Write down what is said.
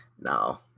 No